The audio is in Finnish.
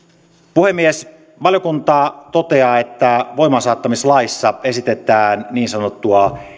puhemies valiokunta toteaa että voimaansaattamislaissa esitetään niin sanottua